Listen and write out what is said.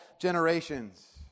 generations